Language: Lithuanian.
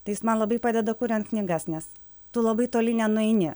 tai jis man labai padeda kuriant knygas nes tu labai toli nenueini